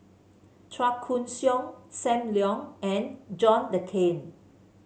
Chua Koon Siong Sam Leong and John Le Cain